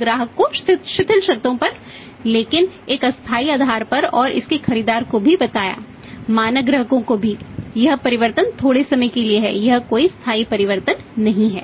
ग्राहकों को शिथिल शर्तों पर लेकिन एक अस्थायी आधार पर और इसके खरीदारों को भी बताया मानक ग्राहकों को भी यह परिवर्तन थोड़े समय के लिए है यह कोई स्थायी परिवर्तन नहीं है